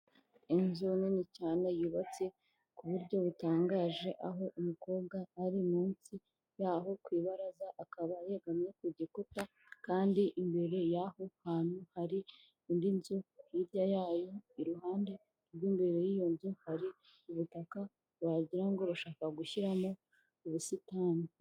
Inzu nini cyane yubatse ku buryo butangaje, aho umukobwa ari munsi yaho ku ibaraza akaba yegamye ku gikuta, kandi imbere y'aho hantu hari indi nzu hirya yayo, iruhande rw'imbere y'iyo nzu hari ubutaka wagira ngo bashaka gushyiramo ubusitani.